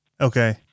Okay